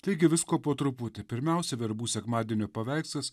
taigi visko po truputį pirmiausia verbų sekmadienio paveikslas